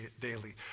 daily